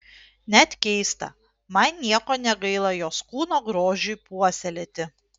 net keista man nieko negaila jos kūno grožiui puoselėti